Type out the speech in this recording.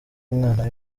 umwana